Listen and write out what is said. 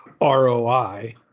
ROI